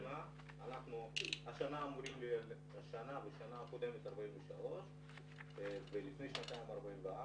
בשנה הקודמת והשנה 43, ולפני שנתיים 44